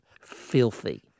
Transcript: filthy